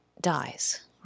dies